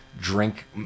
drink